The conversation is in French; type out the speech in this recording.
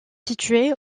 située